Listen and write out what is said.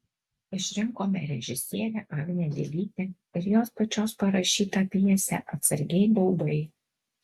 išrinkome režisierę agnę dilytę ir jos pačios parašytą pjesę atsargiai baubai